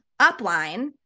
upline